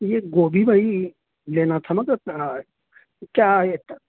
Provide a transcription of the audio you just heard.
یہ گوبھی بھائی لینا تھا نہ تو کیا ہے یہ